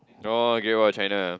no Great Wall of China